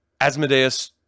Asmodeus